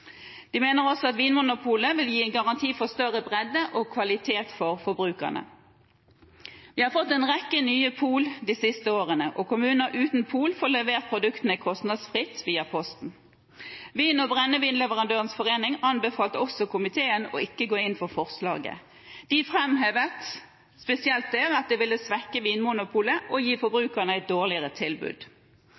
at Vinmonopolet garanterer for større bredde og for kvalitet for forbrukerne. Vi har fått en rekke nye pol de siste årene, og kommuner uten pol får levert produktene kostnadsfritt via Posten. Vin- og brennevinleverandørenes forening anbefalte komiteen ikke å gå inn for forslaget og framhevet spesielt at det ville svekke Vinmonopolet og gi forbrukerne et dårligere tilbud.